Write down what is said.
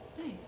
Nice